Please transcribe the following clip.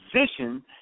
position